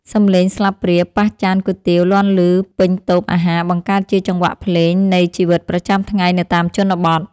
សម្លេងស្លាបព្រាប៉ះចានគុយទាវលាន់ឮពេញតូបអាហារបង្កើតជាចង្វាក់ភ្លេងនៃជីវិតប្រចាំថ្ងៃនៅតាមជនបទ។